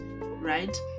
right